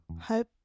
hope